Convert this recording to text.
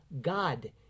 God